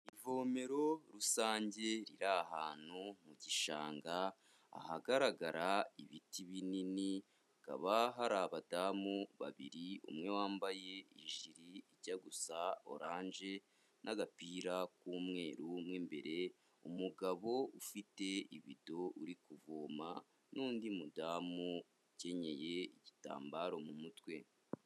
Ivomero rusange riri ahantu mu gishanga ahagaragara ibiti binini, hakaba hari abadamu babiri umwe wambaye ijiri rijya gusa oranje n'agapira k'umweru mo imbere, umugabo ufite ibido uri kuvoma n'undi mudamu ukenyeye igitambaro mu mutwe.